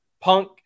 Punk